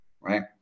Right